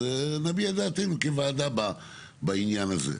אז נביע את דעתנו כוועדה בעניין הזה.